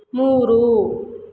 ಮೂರು